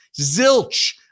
Zilch